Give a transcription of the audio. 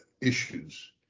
issues